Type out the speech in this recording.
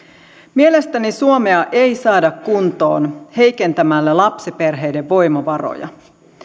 mielestäni suomea ei saada kuntoon heikentämällä lapsiperheiden voimavaroja